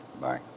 Bye